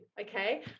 okay